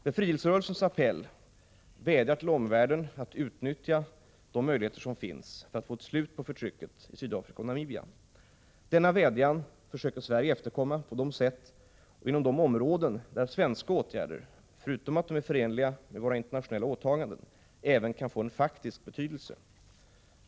Befrielserörelserna vädjar till omvärlden att utnyttja de möjligheter som finns för att få ett slut på förtrycket i Sydafrika och Namibia. Denna vädjan försöker Sverige efterkomma på de sätt och inom de områden där svenska åtgärder, förutom att de är förenliga med våra internationella åtaganden, även kan få en faktisk betydelse.